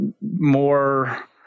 more